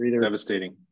devastating